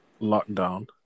lockdown